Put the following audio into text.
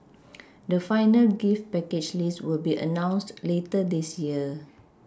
the final gift package list will be announced later this year